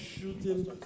shooting